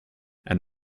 and